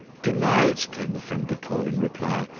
good night, came the friendly call in reply,